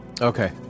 okay